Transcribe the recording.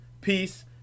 peace